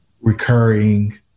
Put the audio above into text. recurring